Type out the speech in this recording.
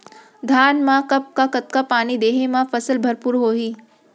धान मा कब कब कतका पानी देहे मा फसल भरपूर होही?